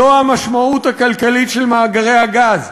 זו המשמעות הכלכלית של מאגרי הגז,